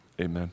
amen